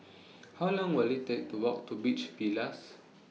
How Long Will IT Take to Walk to Beach Villas